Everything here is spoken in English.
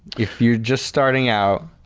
if you are just starting out,